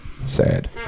Sad